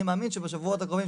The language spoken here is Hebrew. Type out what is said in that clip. אני מאמין שבשבועות הקרובים,